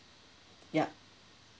yup